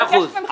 מיקי,